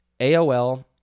AOL